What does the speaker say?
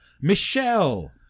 Michelle